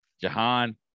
Jahan